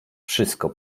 wszystko